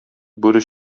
бүре